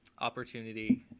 opportunity